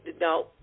No